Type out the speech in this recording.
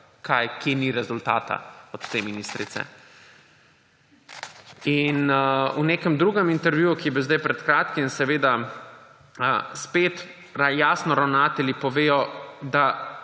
kje ni rezultata od te ministrice. In v nekem drugem intervjuju, ki je bil zdaj pred kratkim, spet jasno ravnatelji povedo, da